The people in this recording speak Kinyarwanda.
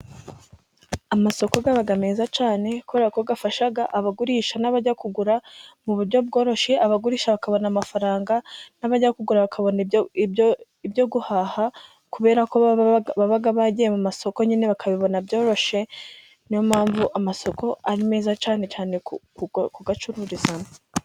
Amasoko aba meza cyane ,kubera ko afasha abagurisha n'abajya kugura mu buryo bworoshye, abagurisha bakabona amafaranga ,n'abajya kugura bakabona ibyo guhaha kubera ko baba bagiye mu masoko nyine bakabibona byoroshye ,ni yo mpamvu amasoko ari meza cyane cyane kuyacururizamo.